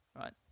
right